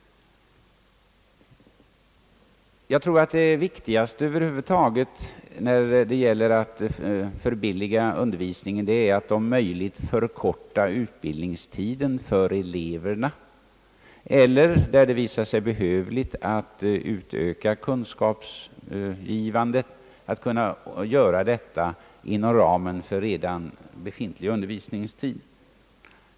Jag tror att det viktigaste över huvud taget när det gäller att förbilliga undervisningen är att om möjligt förkorta utbildningstiden för eleverna eller, där det visar sig behövligt att utöka kunskapsgivandet, att kunna göra detta inom ramen för redan befintlig undervisningstid.